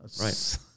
right